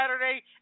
Saturday